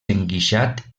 enguixat